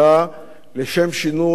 לשם שינוי אמור אמת,